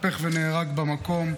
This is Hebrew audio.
הוא התהפך ונהרג במקום.